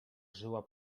żyła